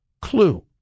clue